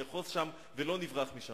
ניאחז שם ולא נברח משם.